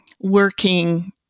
working